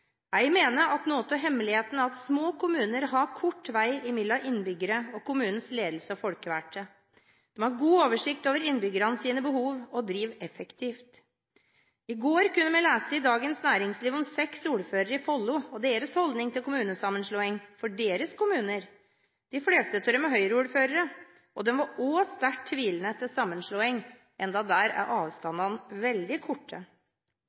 Jeg mener at noe av hemmeligheten er at små kommuner har kort vei mellom innbyggerne og kommunens ledelse og folkevalgte. De har god oversikt over innbyggernes behov og driver effektivt. I går kunne vi lese i Dagens Næringsliv om seks ordførere i Follo, og deres holdning til kommunesammenslåing for deres kommuner. De fleste av dem er høyreordførere, og de var også sterkt tvilende til sammenslåing, enda avstandene der er veldig korte.